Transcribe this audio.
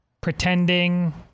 pretending